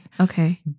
Okay